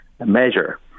measure